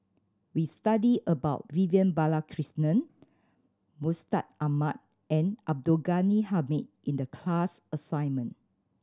we studied about Vivian Balakrishnan Mustaq Ahmad and Abdul Ghani Hamid in the class assignment